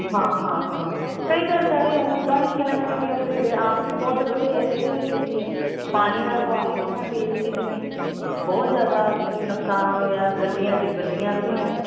ਹਾਂ ਹਾਂ ਹਾਂ ਕਈ ਤਾਂ ਵਿਚਾਰੇ ਉੱਦਾਂ ਹੀ ਕੀ ਨਾਮ ਹੈਗੇ ਬਥੇਰੇ ਆਪ ਵੀ ਬਹੁਤ ਰੁੜੇ ਆ ਇਹਦੇ ਵਿੱਚ ਕੀ ਹੈ ਪਾਣੀ ਦਾ ਵਹਾਅ ਜਿੰਨਾ ਤੇਜ਼ ਸੀ ਜਿਵੇਂ ਬਹੁਤ ਜ਼ਿਆਦਾ ਵੀ ਨੁਕਸਾਨ ਹੋਇਆ ਗੱਡੀਆਂ ਅਤੇ ਗੱਡੀਆਂ ਰੁੜੀਆਂ